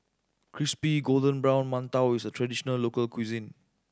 crispy golden brown mantou is a traditional local cuisine